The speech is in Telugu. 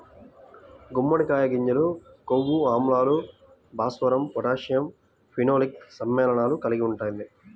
గుమ్మడికాయ గింజలు కొవ్వు ఆమ్లాలు, భాస్వరం, పొటాషియం, ఫినోలిక్ సమ్మేళనాలు కలిగి ఉంటాయి